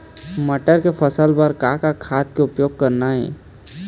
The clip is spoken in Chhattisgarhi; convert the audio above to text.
मटर के फसल बर का का खाद के उपयोग करना ये?